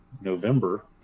november